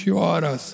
horas